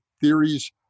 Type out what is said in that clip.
theories